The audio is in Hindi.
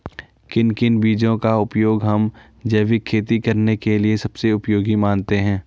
किन किन बीजों का उपयोग हम जैविक खेती करने के लिए सबसे उपयोगी मानते हैं?